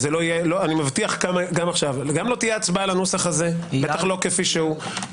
לא תהיה הצבעה על הנוסח הזה בטח לא כפי שהוא.